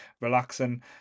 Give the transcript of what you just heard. relaxing